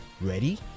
ready